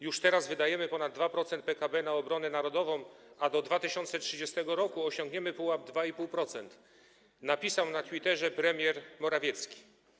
Już teraz wydajemy ponad 2% PKB na obronę narodową, a do 2030 r. osiągniemy pułap 2,5% - napisał na Twitterze premier Morawiecki.